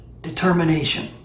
determination